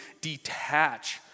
detach